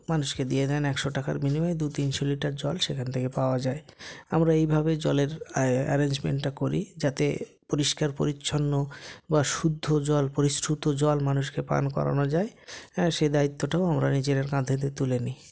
মানুষকে দিয়ে দেন একশো টাকার বিনিময়ে দু তিনশো লিটার জল সেখান থেকে পাওয়া যায় আমরা এইভাবে জলের অ্যারেঞ্জমেন্টটা করি যাতে পরিষ্কার পরিচ্ছন্ন বা শুদ্ধ জল পরিশ্রুত জল মানুষকে পান করানো যায় হ্যাঁ সে দায়িত্বটাও আমরা নিজেদের কাঁধেতে তুলে নিই